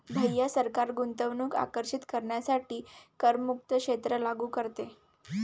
भैया सरकार गुंतवणूक आकर्षित करण्यासाठी करमुक्त क्षेत्र लागू करते